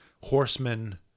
horsemen